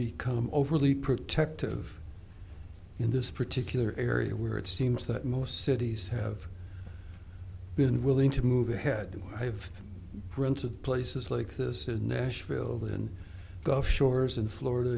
become overly protective in this particular area where it seems that most cities have been willing to move ahead and have brunch at places like this and nashville than gulf shores in florida